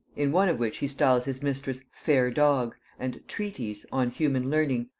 in one of which he styles his mistress fair dog and treaties on human learning,